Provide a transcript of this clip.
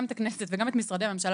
גם את הכנסת וגם את משרדי הממשלה,